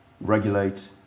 regulate